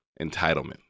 entitlement